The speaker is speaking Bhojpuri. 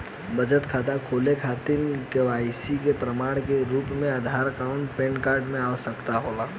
बचत खाता खोले के खातिर केवाइसी के प्रमाण के रूप में आधार आउर पैन कार्ड के आवश्यकता होला